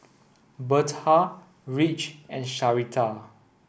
Berta Ridge and Sharita